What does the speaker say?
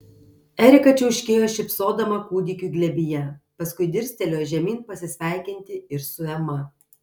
erika čiauškėjo šypsodama kūdikiui glėbyje paskui dirstelėjo žemyn pasisveikinti ir su ema